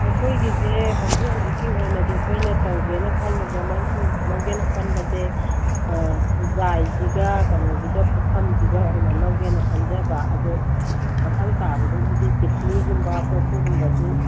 ꯑꯩꯈꯣꯏꯒꯤꯁꯦ ꯍꯧꯖꯤꯛ ꯍꯧꯖꯤꯛꯀꯤ ꯑꯣꯏꯅꯗꯤ ꯑꯩꯈꯣꯏꯅ ꯇꯧꯒꯦꯅ ꯈꯟꯂꯤꯕ ꯃꯔꯨꯞꯀꯤ ꯂꯧꯒꯦꯅ ꯈꯟꯕꯁꯦ ꯈꯨꯖꯥꯏꯁꯤꯒ ꯀꯩꯅꯣꯁꯤꯒ ꯄꯨꯈꯝꯁꯤꯒ ꯑꯣꯏꯅ ꯂꯧꯒꯦꯅ ꯈꯟꯖꯕ ꯑꯗꯨ ꯃꯊꯪ ꯇꯥꯕꯗꯕꯨꯗꯤ ꯀꯦꯇꯂꯤꯒꯨꯝꯕ ꯀꯣꯔꯐꯨꯒꯨꯝꯕꯁꯨ